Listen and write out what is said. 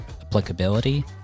applicability